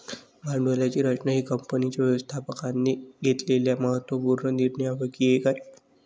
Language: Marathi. भांडवलाची रचना ही कंपनीच्या व्यवस्थापकाने घेतलेल्या महत्त्व पूर्ण निर्णयांपैकी एक आहे